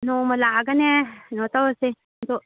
ꯅꯣꯡꯃ ꯂꯥꯛꯑꯒꯅꯦ ꯀꯩꯅꯣ ꯇꯧꯔꯁꯦ ꯑꯗꯣ